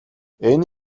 энэ